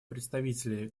представителей